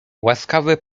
łaskawy